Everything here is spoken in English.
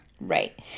Right